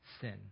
sin